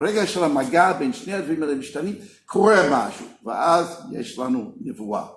רגע של המגע בין שני הדברים האלה משתנים, קורה משהו ואז יש לנו נבואה.